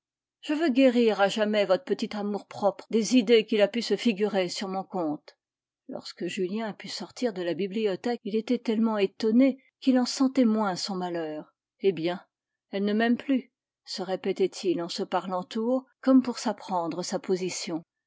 je veux guérir à jamais votre petit amour-propre des idées qu'il a pu se figurer sur mon compte lorsque julien put sortir de la bibliothèque il était tellement étonné qu'il en sentait moins son malheur eh bien elle ne m'aime plus se répétait-il en se parlant tout haut comme pour s'apprendre sa position